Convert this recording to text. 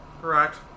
Correct